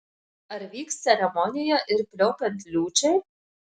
ar vyks ceremonija ir pliaupiant liūčiai